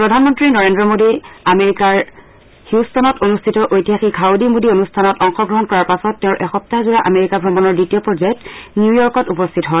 প্ৰধানমন্ত্ৰী নৰেন্দ্ৰ মোদী আমেৰিকাৰ হউষ্টনত অনুষ্ঠিত ঐতিহাসিক হাউদি মোদী অনুষ্ঠানত অংশগ্ৰহণ কৰাৰ পাছত তেওঁৰ এসপ্তাহযোৰা আমেৰিকা ভ্ৰমণৰ দ্বিতীয় পৰ্যায়ত নিউয়ৰ্কত উপস্থিত হয়